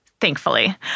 thankfully